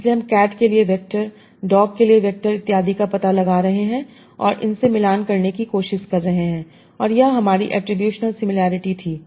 इसलिए हम कैट के लिए वेक्टर डॉग के वेक्टर इत्यादि का पता लगा रहे हैं और इन से मिलान करने की कोशिश कर रहे हैं और यह हमारी एट्रीब्यूशनल सिमिलैरिटी थी